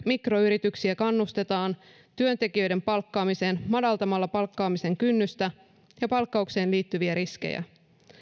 mikroyrityksiä kannustetaan työntekijöiden palkkaamiseen madaltamalla palkkaamisen kynnystä ja palkkaukseen liittyviä riskejä